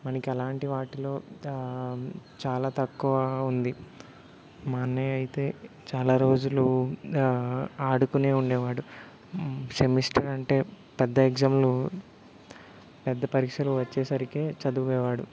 మనకి అలాంటి వాటిలో చాలా తక్కువ ఉంది మా అన్నయ్య అయితే చాలా రోజులు ఆడుకునే ఉండేవాడు సెమిస్టర్ అంటే పెద్ద ఎగ్జామ్లు పెద్ద పరీక్షలు వచ్చేసరికి చదివేవాడు